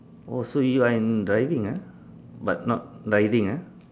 oh so you are in driving ah but not riding ah